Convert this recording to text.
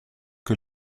que